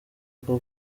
rwo